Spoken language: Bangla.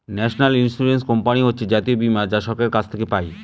ন্যাশনাল ইন্সুরেন্স কোম্পানি হচ্ছে জাতীয় বীমা যা সরকারের কাছ থেকে পাই